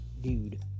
dude